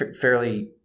fairly